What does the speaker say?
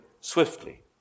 swiftly